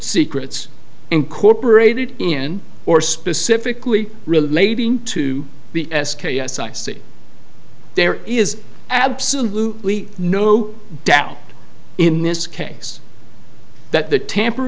secrets incorporated in or specifically relating to the s k yes i see there is absolutely no doubt in this case that the tamper